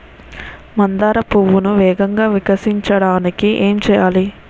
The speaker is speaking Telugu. మందార పువ్వును వేగంగా వికసించడానికి ఏం చేయాలి?